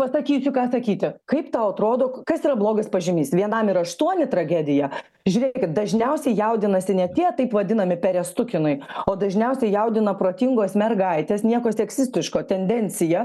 pasakysiu ką sakyti kaip tau atrodo kas yra blogas pažymys vienam ir aštuoni tragedija žiūrėkit dažniausiai jaudinasi ne tie taip vadinami perestukinai o dažniausiai jaudina protingos mergaitės nieko seksistiško tendencija